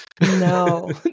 No